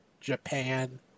Japan